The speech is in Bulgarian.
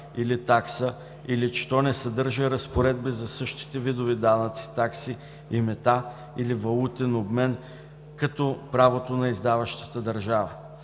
или такса и че то не съдържа разпоредби за същите видове данъци, такси и мита или валутен обмен като правото на издаващата държава.